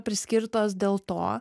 priskirtos dėl to